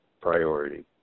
priority